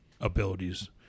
abilities